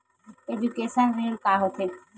Education ऋण का होथे?